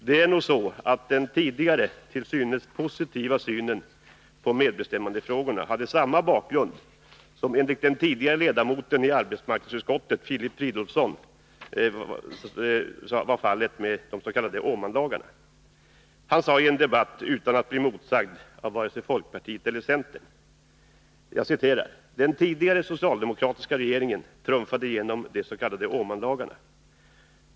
Det är nog så, att den tidigare till synes positiva synen på medbestämmandefrågorna hade samma bakgrund som, enligt den tidigare ledamoten i arbetsmarknadsutskottet Filip Fridolfsson, de s.k. Åmanlagarna. Han sade i en debatt utan att bli motsagd av vare sig folkpartiet eller centern: ”Den tidigare socialdemokratiska regeringen trumfade igenom de sk Åmanlagarna.